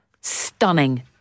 Stunning